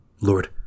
Lord